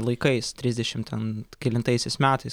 laikais trisdešim ten kelintaisiais metais